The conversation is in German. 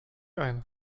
ein